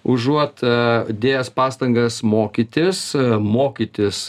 užuot a dėjęs pastangas mokytis mokytis